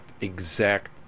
exact